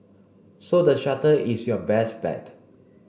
so the shuttle is your best bet